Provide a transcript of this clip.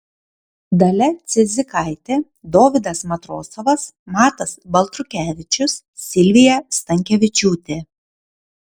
dalia cidzikaitė dovydas matrosovas matas baltrukevičius silvija stankevičiūtė